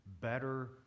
better